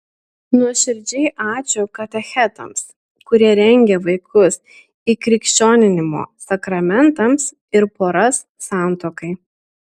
nuoširdžiai ačiū katechetams kurie rengia vaikus įkrikščioninimo sakramentams ir poras santuokai